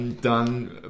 dann